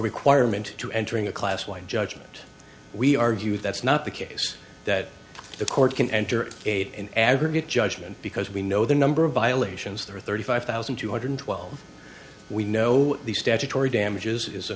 requirement to entering a class wide judgement we argue that's not the case that the court can enter in aggregate judgment because we know the number of violations there are thirty five thousand two hundred twelve we know the statutory damages is a